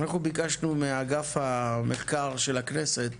אנחנו ביקשנו מאגף המחקר של הכנסת